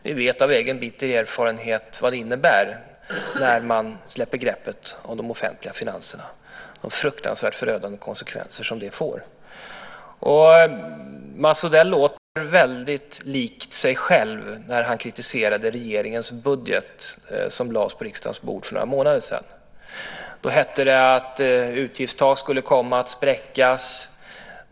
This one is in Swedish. Vi vet av egen bitter erfarenhet vad det innebär när man släpper greppet om de offentliga finanserna. Vi vet vilka fruktansvärt förödande konsekvenser det får. Mats Odell låter väldigt lik sig själv när han kritiserade regeringens budget som lades på riksdagens bord för några månader sedan. Då hette det att utgiftstak skulle komma att spräckas.